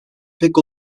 pek